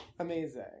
Amazing